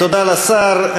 תודה לשר.